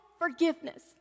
forgiveness